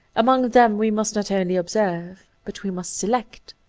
among them we must not only observe, but we must select.